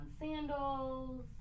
sandals